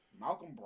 Malcolm